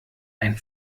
ein